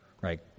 right